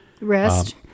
Rest